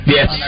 Yes